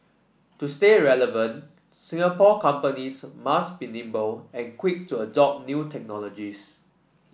to stay relevant Singapore companies must be nimble and quick to adopt new technologies